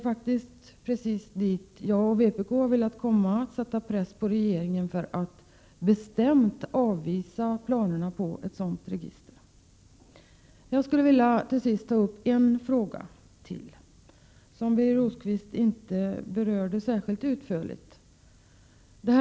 Vpk och jag har just velat sätta press på regeringen, så att regeringen bestämt avvisar planerna på ett sådant register. Till sist skulle jag vilja ta upp ytterligare en fråga, som Birger Rosqvist inte berörde särskilt utförligt.